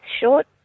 short